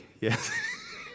Yes